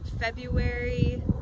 February